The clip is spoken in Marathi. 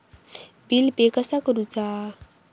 बिल पे कसा करुचा?